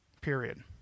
Period